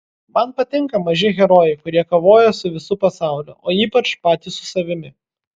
man patinka maži herojai kurie kovoja su visu pasauliu o ypač patys su savimi